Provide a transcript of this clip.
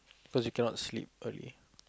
cause you cannot sleep early